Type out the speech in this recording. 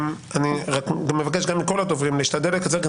אני מבקש גם מכל הדוברים להשתדל לקצר,